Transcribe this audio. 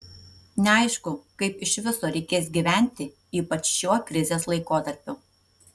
neaišku kaip iš viso reikės gyventi ypač šiuo krizės laikotarpiu